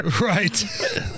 Right